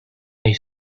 nei